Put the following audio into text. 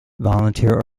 volunteer